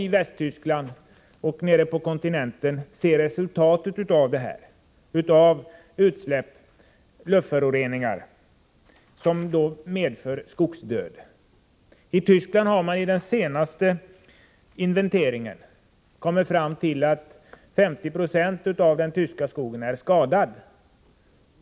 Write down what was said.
I Västtyskland och på andra ställen nere på kontinenten kan vi i dag se resultatet av utsläpp och luftföroreningar som medför skogsdöd. I Tyskland har man i den senaste inventeringen kommit fram till att 50 20 av den tyska skogen är skadad.